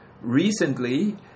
recently